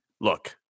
look